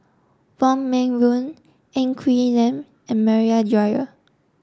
Wong Meng Voon Ng Quee Lam and Maria Dyer